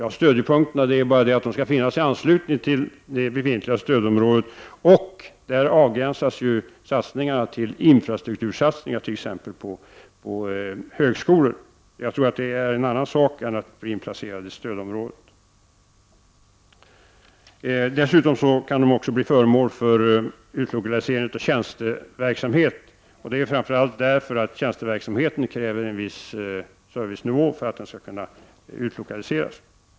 Ja, stödjepunkterna skall finnas i anslutning till det befintliga stödområdet, och där avgränsas ju satsningarna till t.ex. infrastruktursatsningar på högskolor. Jag tror att det är en annan sak än att ett område blir inplacerat i stödområdet. Dessutom kan dessa områden också bli föremål för utlokaliseringar av tjänsteverksamhet. Och det är framför allt därför att tjänsteverksamheten kräver en viss servicenivå för att kunna utlokaliseras.